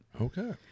okay